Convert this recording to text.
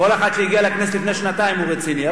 כל אחד שהגיע לכנסת לפני שנתיים הוא רציני.